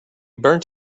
burnt